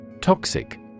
Toxic